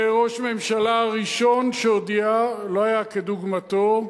זה ראש הממשלה הראשון שהודיע, לא היה כדוגמתו,